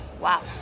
Wow